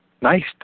nice